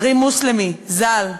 רים מוסלמי ז"ל,